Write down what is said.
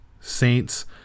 Saints